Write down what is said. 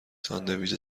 ساندویچ